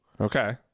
Okay